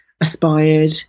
aspired